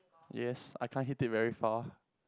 yes I can't hit it very far